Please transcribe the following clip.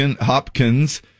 Hopkins